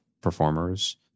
performers